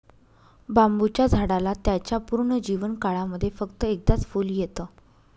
बांबुच्या झाडाला त्याच्या पूर्ण जीवन काळामध्ये फक्त एकदाच फुल येत